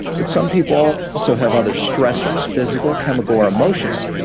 but some people also have other stressors, physical chemical, or emotional,